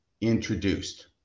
introduced